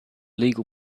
legal